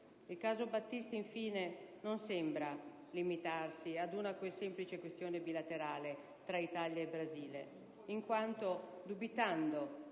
il caso Battisti, infine, non sembra limitarsi ad una semplice questione bilaterale tra Italia e Brasile, in quanto, essendo